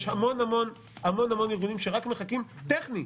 יש המון המון ארגונים שרק מחכים טכנית,